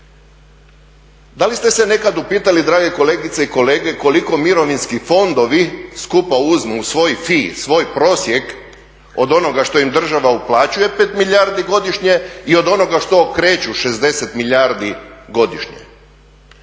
Da li ste se nekad upitali drage kolegice i kolege koliko mirovinski fondovi skupa uzmu svoj fi, svoj prosjek od onoga što im država uplaćuje 5 milijardi godišnje i od onoga što kreću 60 milijardi godišnje.